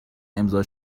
امضا